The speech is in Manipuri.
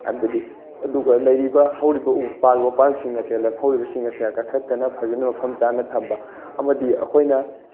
ꯍꯥꯏꯕꯗꯤ ꯑꯗꯨꯒ ꯂꯩꯔꯤꯕ ꯍꯧꯔꯤꯕ ꯎꯄꯥꯜ ꯋꯥꯄꯥꯜꯁꯤꯡ ꯑꯁꯦ ꯂꯦꯝꯍꯧꯔꯤꯕꯁꯤꯡꯁꯦ ꯀꯛꯊꯠꯇꯅ ꯐꯖꯅ ꯃꯐꯝ ꯆꯥꯅ ꯊꯝꯕ ꯑꯃꯗꯤ ꯑꯩꯈꯣꯏꯅ